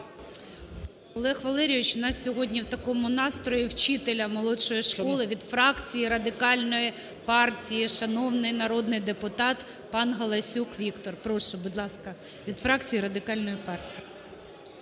Олег Валерійович у нас сьогодні в такому настрої вчителя молодшої школи від фракції Радикальної партії. Шановний народний депутат пан Галасюк Віктор, прошу, будь ласка, від фракції Радикальної партії.